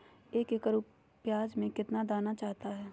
एक एकड़ प्याज में कितना दाना चाहता है?